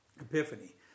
Epiphany